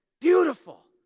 beautiful